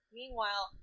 meanwhile